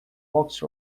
walked